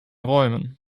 räumen